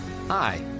Hi